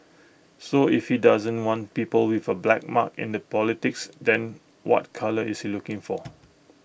so if he doesn't want people with A black mark in the politics then what colour is he looking for